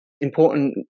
important